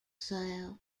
soil